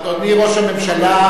אדוני ראש הממשלה,